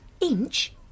Inch